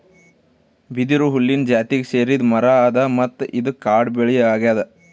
ಬಿದಿರು ಹುಲ್ಲಿನ್ ಜಾತಿಗ್ ಸೇರಿದ್ ಮರಾ ಅದಾ ಮತ್ತ್ ಇದು ಕಾಡ್ ಬೆಳಿ ಅಗ್ಯಾದ್